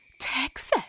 Texas